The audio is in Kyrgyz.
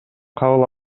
кабыл